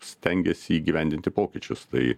stengiesi įgyvendinti pokyčius tai